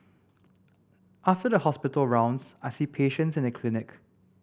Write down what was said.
after the hospital rounds I see patients in the clinic